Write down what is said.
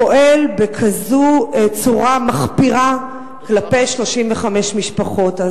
פועל בצורה מחפירה כזאת כלפי 35 משפחות.